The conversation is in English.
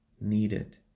needed